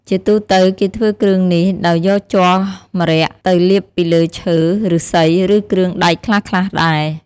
ជាទូទៅ គេធ្វើគ្រឿងនេះដោយយកជ័រម្រ័ក្សណ៍ទៅលាបពីលើឈើ ឫស្សី ឬ គ្រឿងដែកខ្លះៗដែរ។